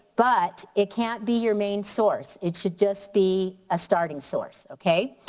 but it can't be your main source. it should just be a starting source, okay?